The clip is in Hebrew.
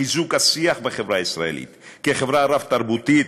חיזוק השיח בחברה הישראלית כחברה רב-תרבותית